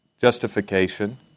justification